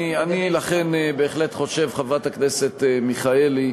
אני בהחלט חושב, חברת הכנסת מיכאלי,